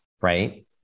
right